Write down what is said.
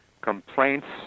complaints